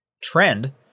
trend